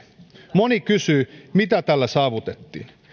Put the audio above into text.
moni kysyy mitä tällä saavutettiin